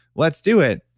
let's do it.